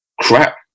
crap